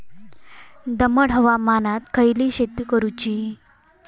दमट हवामानात खयली शेती करूची?